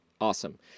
Awesome